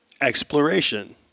exploration